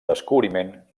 descobriment